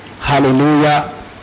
Hallelujah